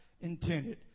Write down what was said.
intended